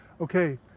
okay